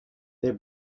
their